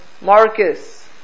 Marcus